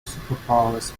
superpowers